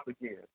again